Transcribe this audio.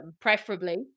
preferably